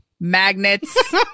magnets